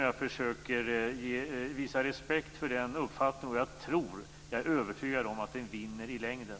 Jag försöker visa respekt för den uppfattningen. Jag är övertygad om att den vinner i längden.